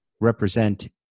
represent